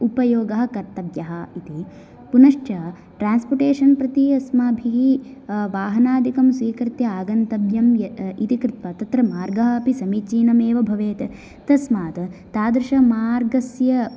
उपयोगः कर्तव्यः इति पुनश्च ट्रान्सपोर्टेशन् प्रति अस्माभिः वाहनादिकम् स्वीकृत्य आगन्तव्यं इति कृत्वा तत्र मार्गाः अपि समीचीनम् एव भवेत् तस्मात् तादृश मार्गस्य